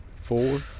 Four